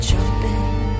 Jumping